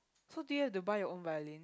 so do you have to buy your own violin